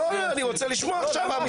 לא, אני רוצה לשמוע עכשיו.